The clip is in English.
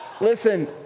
Listen